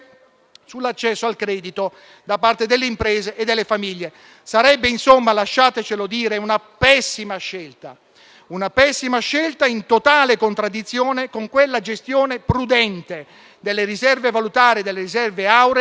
sull'accesso al credito da parte delle imprese e delle famiglie. Sarebbe quindi - lasciatecelo dire - una pessima scelta in totale contraddizione con quella gestione prudente delle riserve valutarie e auree